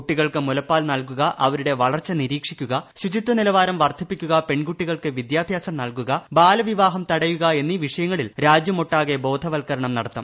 കുട്ടികൾക്ക് മുലപ്പാൽ നൽകുക അവരുടെ വളർച്ച നിരീക്ഷിക്കുക ശുചിത്വ നിലവാരം വർദ്ധിപ്പിക്കുക പെൺകുട്ടികൾക്ക് വിദ്യാഭ്യാസം നൽകുക ബാല വിവാഹം തടയുക എന്നീ വിഷയങ്ങളിൽ രാജ്യമൊട്ടാകെ ബോധവത്കരണം നടത്തും